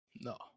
No